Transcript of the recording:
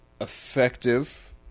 effective